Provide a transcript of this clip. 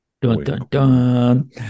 Dun-dun-dun